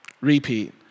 repeat